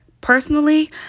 Personally